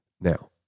Now